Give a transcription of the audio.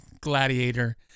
gladiator